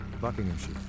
Buckinghamshire